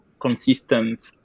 consistent